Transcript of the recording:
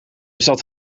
zat